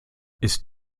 ist